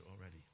already